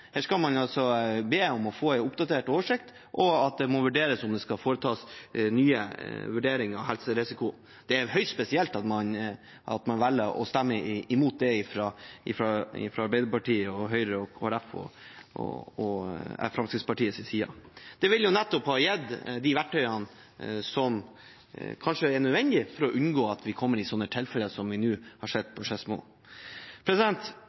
skal foretas nye vurderinger av helserisiko. Det er høyst spesielt at man velger å stemme imot det fra Arbeiderpartiet, Høyre, Kristelig Folkeparti og Fremskrittspartiets side. Det ville jo nettopp ha gitt de verktøyene som kanskje er nødvendige for å unngå at vi kommer i slike tilfeller som vi nå har sett